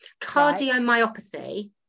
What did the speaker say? Cardiomyopathy